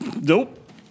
Nope